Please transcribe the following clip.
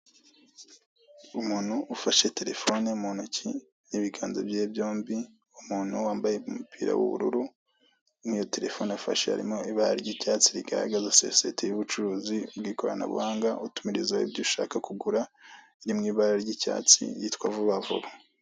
Umuntu ufashe terefone mu ntoki n'ibiganza bye byombi, umuntu wambaye umupira w'ubururu, mu iyo terefone afashe harimo ibara ry'icyatsi rigaragaza sosiyete y'ubucuruzi bw'koranabuhanga, utumirizaho ibyo ushaka kugura, iri mu ibara ry'icyatsi yitwa vuba vuba.